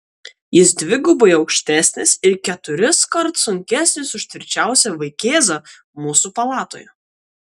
jis dvigubai aukštesnis ir keturiskart sunkesnis už tvirčiausią vaikėzą mūsų palatoje